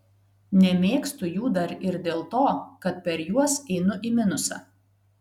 nemėgstu jų dar ir dėl to kad per juos einu į minusą